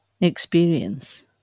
experience